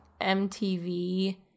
MTV